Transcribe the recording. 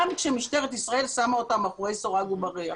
כאשר משטרת ישראל שמה אותם מאחורי סורג ובריח.